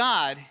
God